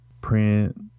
print